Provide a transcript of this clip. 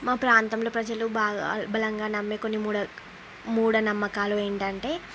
మా ప్రాంతంలో ప్రజలు బాగా బలంగా నమ్మే కొన్ని మూఢనమ్మకాలు ఏంటంటే